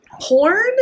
Porn